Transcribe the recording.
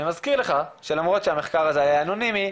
אני מזכיר לך שלמרות שהמחקר הזה היה אנונימי,